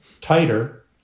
tighter